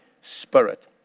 Spirit